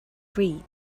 breed